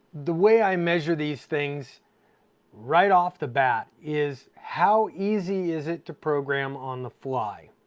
the way i measure these things right off the bat, is how easy is it to program on the fly?